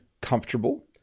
comfortable